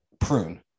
prune